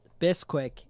Bisquick